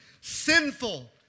sinful